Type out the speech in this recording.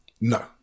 No